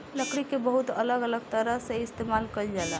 लकड़ी के बहुत अलग अलग तरह से इस्तेमाल कईल जाला